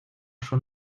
schon